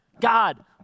God